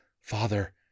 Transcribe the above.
Father